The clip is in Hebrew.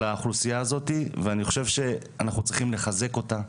האוכלוסיה הזאתי ואני חושב שאנחנו צריכים לחזק אותה,